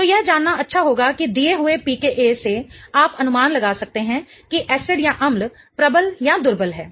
तो यह जानना अच्छा होगा कि दिए हुए pKa से आप अनुमान लगा सकते हैं कि एसिडअम्ल प्रबल या दुर्बल है